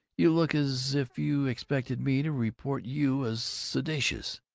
you look as if you expected me to report you as seditious!